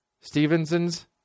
Stevenson's